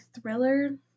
thriller